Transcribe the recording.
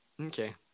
okay